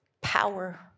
power